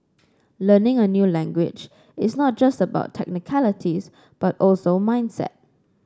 learning a new language is not just about technicalities but also mindset